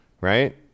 right